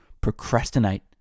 Procrastinate